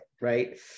right